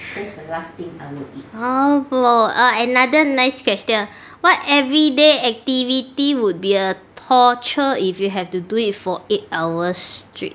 orh got another nice question what everyday activity would be torture if you have to do it for eight hours straight